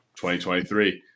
2023